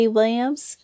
Williams